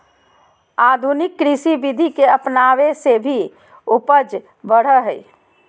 आधुनिक कृषि विधि के अपनाबे से भी उपज बढ़ो हइ